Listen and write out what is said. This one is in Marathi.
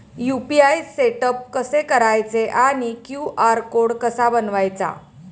यु.पी.आय सेटअप कसे करायचे आणि क्यू.आर कोड कसा बनवायचा?